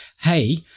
Hey